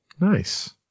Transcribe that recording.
Nice